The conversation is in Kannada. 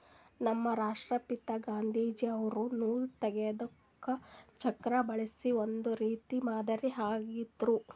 ನಮ್ ರಾಷ್ಟ್ರಪಿತಾ ಗಾಂಧೀಜಿ ಅವ್ರು ನೂಲ್ ತೆಗೆದಕ್ ಚಕ್ರಾ ಬಳಸಿ ಒಂದ್ ರೀತಿ ಮಾದರಿ ಆಗಿದ್ರು